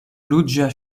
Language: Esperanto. ruĝa